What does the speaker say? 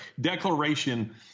Declaration